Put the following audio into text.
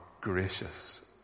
gracious